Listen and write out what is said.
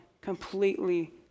completely